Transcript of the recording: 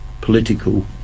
political